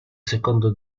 secondo